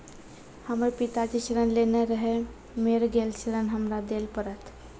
हमर पिताजी ऋण लेने रहे मेर गेल ऋण हमरा देल पड़त?